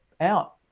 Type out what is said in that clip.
out